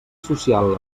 social